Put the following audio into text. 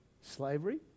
slavery